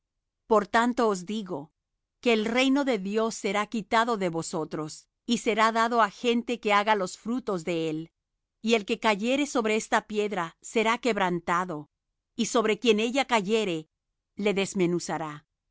por tanto os digo que el reino de dios será quitado de vosotros y será dado á gente que haga los frutos de él y el que cayere sobre esta piedra será quebrantado y sobre quien ella cayere le desmenuzará